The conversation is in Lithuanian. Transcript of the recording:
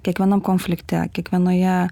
kiekvienam konflikte kiekvienoje